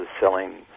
selling